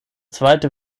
zweite